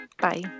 Bye